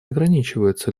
ограничиваются